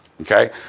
Okay